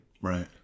Right